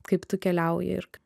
kaip tu keliauji ir